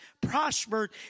prospered